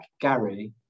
Gary